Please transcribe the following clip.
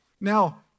Now